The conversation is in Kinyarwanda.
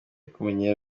kumenyera